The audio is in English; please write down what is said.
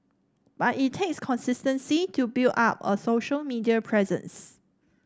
but it takes consistency to build up a social media presence